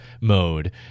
mode